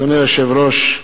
אדוני היושב-ראש,